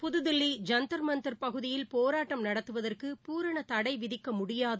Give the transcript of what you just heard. புதுதில்லி ஜந்தர் மந்தர் பகுதியில் போராட்டம் நடத்துவதற்கு பூரண தனட விதிக்க முடியாது